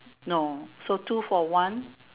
no so two for one